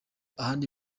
ahandi